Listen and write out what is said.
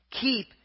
Keep